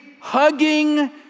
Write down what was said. hugging